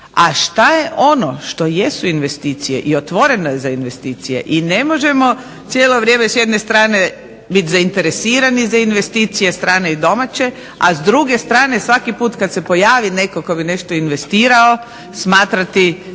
a što je ono što jesu investicije i otvoreno je za investicije i ne možemo cijelo vrijeme s jedne strane biti zainteresirani za investicije strane i domaće, a s druge strane svaki put kad se pojavi netko tko bi nešto investirao smatrati